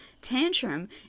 tantrum